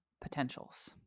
potentials